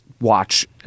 watch